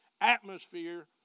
atmosphere